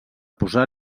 posar